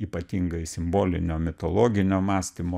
ypatingai simbolinio mitologinio mąstymo